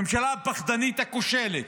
הממשלה הפחדנית, הכושלת,